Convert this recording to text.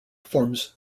forms